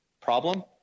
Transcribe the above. problem